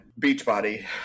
Beachbody